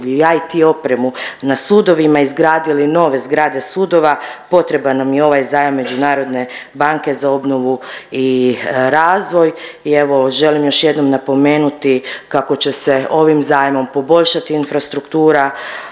i IT opremu na sudovima i izgradili nove zgrade sudova, potreban nam je ovaj zajam Međunarodne banke za obnovu i razvoj i evo želim još jednom napomenuti kako će se ovim zajmom poboljšati infrastruktura